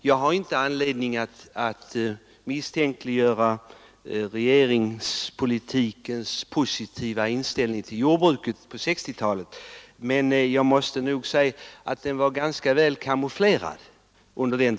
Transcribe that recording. Jag har inte anledning att misstänkliggöra regeringspolitikens positiva inställning till jordbruket under 1960-talet, men jag måste säga att den var ganska omsorgsfullt kamouflerad.